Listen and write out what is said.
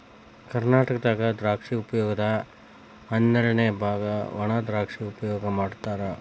ಕರ್ನಾಟಕದಾಗ ದ್ರಾಕ್ಷಿ ಉಪಯೋಗದ ಹನ್ನೆರಡಅನೆ ಬಾಗ ವಣಾದ್ರಾಕ್ಷಿ ಉಪಯೋಗ ಮಾಡತಾರ